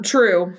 True